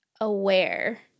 aware